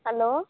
hello